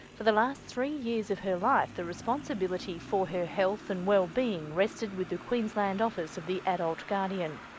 for the last three years of her life the responsibility for her health and wellbeing rested with the queensland office of the adult guardian.